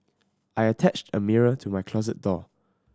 I attached a mirror to my closet door